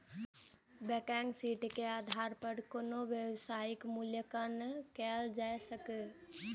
balance sheet के आधार पर कोनो व्यवसायक मूल्यांकन कैल जा सकैए